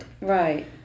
Right